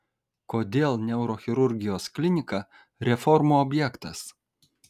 kodėl neurochirurgijos klinika reformų objektas